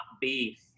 beef